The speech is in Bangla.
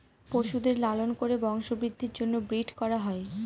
পশুদের লালন করে বংশবৃদ্ধির জন্য ব্রিড করা হয়